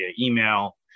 email